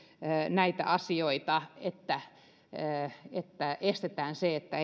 näitä asioita niin että estetään se että